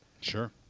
Sure